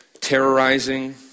Terrorizing